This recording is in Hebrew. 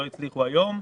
לא הצליחו היום?